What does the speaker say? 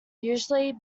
usually